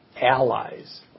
allies